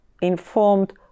informed